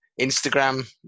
Instagram